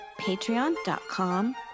patreon.com